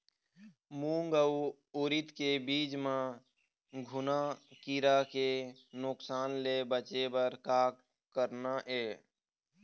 मूंग अउ उरीद के बीज म घुना किरा के नुकसान ले बचे बर का करना ये?